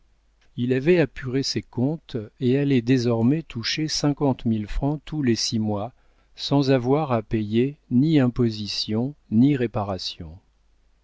il avait apuré ses comptes et allait désormais toucher cinquante mille francs tous les six mois sans avoir à payer ni impositions ni réparations